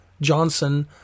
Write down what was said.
Johnson